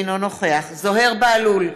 אינו נוכח זוהיר בהלול,